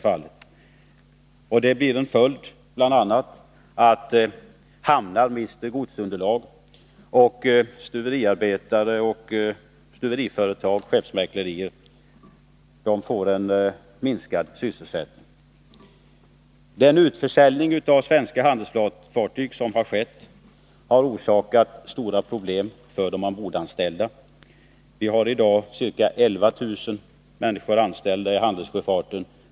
Följden blir bl.a. att hamnar mister godsunderlag, att stuveriarbetare, stuveriföretag och skeppsmäklerier får minskad sysselsättning. Utförsäljningen av svenska handelsfartyg har skapat stora problem för de ombordanställda. I dag är ca 11 000 människor anställda i handelssjöfarten.